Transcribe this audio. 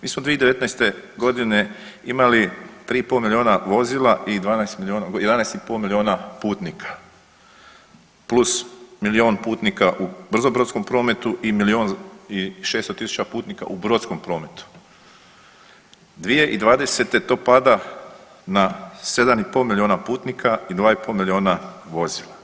Mi smo 2019.g. imali 3,5 milijuna vozila i 11,5 milijuna putnika plus milijun putnika u brzo brodskom prometu i milijun i 600 tisuća putnika u brodskom prometu, 2020. to pada na 7,5 milijuna putnika i 2,5 milijuna vozila.